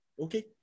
Okay